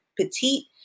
petite